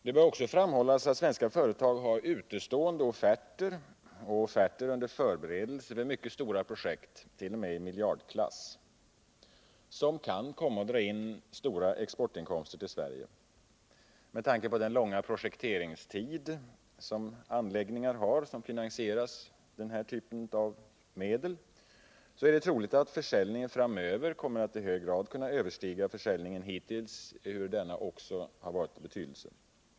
Det bör också framhållas att svenska företag har utestående offerter och offerter under förberedelse som gäller mycket stora projekt, t.o.m. i miljardklass, som kan komma att dra in stora exportinkomster till Sverige. Med tanke på den långa projekteringstid som anläggningar har som finansieras med den här typen av medel är det troligt att försäljningen framöver kommer att i hög grad kunna överstiga försäljningen hittills, ehuru också denna har varit av betydelse.